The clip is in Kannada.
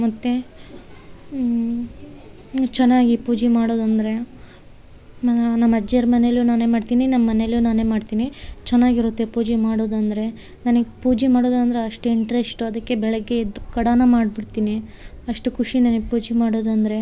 ಮತ್ತು ಚೆನ್ನಾಗಿ ಪೂಜೆ ಮಾಡೋದಂದರೆ ನಮ್ಮ ಅಜ್ಜಿಯರ್ ಮನೆಯಲ್ಲು ನಾನೇ ಮಾಡ್ತೀನಿ ನಮ್ಮ ಮನೆಯಲ್ಲು ನಾನೇ ಮಾಡ್ತೀನಿ ಚೆನ್ನಾಗಿರುತ್ತೆ ಪೂಜೆ ಮಾಡೋದಂದರೆ ನನಗ್ ಪೂಜೆ ಮಾಡೋದಂದರೆ ಅಷ್ಟು ಇಂಟ್ರೇಸ್ಟ್ ಅದಕ್ಕೆ ಬೆಳಗ್ಗೆ ಎದ್ದು ಗಡಾನ ಮಾಡ್ಬಿಡ್ತೀನಿ ಅಷ್ಟು ಖುಷಿ ನನಗ್ ಪೂಜೆ ಮಾಡೋದಂದರೆ